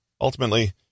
Ultimately